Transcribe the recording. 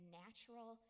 natural